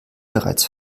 bereits